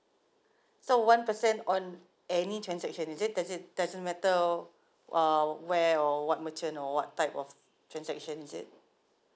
so one percent on any transaction is it does it doesn't matter uh where or what merchant or what type of transactions is it